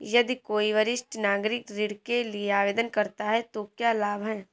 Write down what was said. यदि कोई वरिष्ठ नागरिक ऋण के लिए आवेदन करता है तो क्या लाभ हैं?